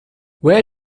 where